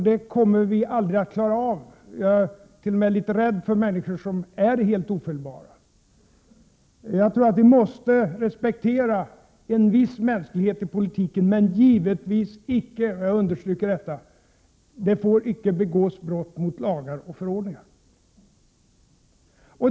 Det kommer vi aldrig att klara — och jag är t.o.m. litet rädd för människor som är helt ofelbara. Jag tror att vi måste respektera en viss mänsklighet i politiken, men givetvis får det icke — jag understryker detta — begås brott mot lagar och förordningar.